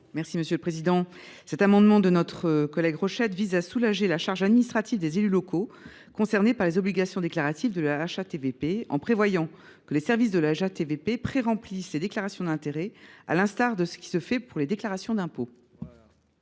est à Mme Laure Darcos. Cet amendement de notre collègue Pierre Jean Rochette vise à soulager la charge administrative des élus locaux concernés par les obligations déclaratives de la HATVP, en prévoyant que les services de la Haute Autorité préremplissent les déclarations d’intérêts, à l’instar de ce qui se fait pour les déclarations de